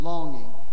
Longing